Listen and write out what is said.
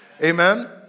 Amen